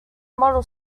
model